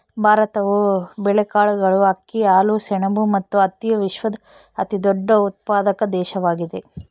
ಭಾರತವು ಬೇಳೆಕಾಳುಗಳು, ಅಕ್ಕಿ, ಹಾಲು, ಸೆಣಬು ಮತ್ತು ಹತ್ತಿಯ ವಿಶ್ವದ ಅತಿದೊಡ್ಡ ಉತ್ಪಾದಕ ದೇಶವಾಗಿದೆ